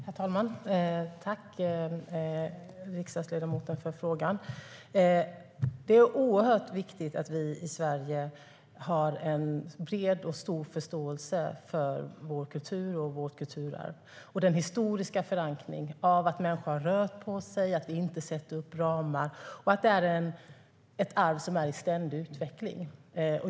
Herr talman! Jag tackar riksdagsledamoten för frågan. Det är oerhört viktigt att vi i Sverige har en bred och stor förståelse för vår kultur och vårt kulturarv, den stora förankringen i att människor har rört på sig och att vi inte sätter upp ramar. Det är ett arv som är i ständig utveckling.